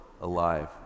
alive